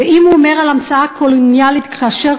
ואם הוא אומר "המצאה קולוניאלית", כאשר